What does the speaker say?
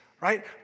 right